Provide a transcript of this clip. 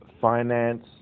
finance